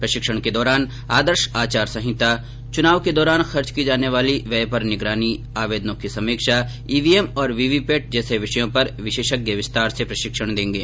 प्रशिक्षण के दौरान आदर्श आचार संहिता चुनाव के दौरान खर्च की जार्ने वाली व्यय पर निगरानी आवेदनों की संवीक्षा ईवीएम और वीवीपैट जैसे विषयों पर विशेषज्ञ विस्तार से प्रशिक्षण देंगे